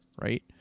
right